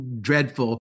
dreadful